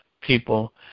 people